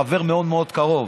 או חבר מאוד מאוד קרוב.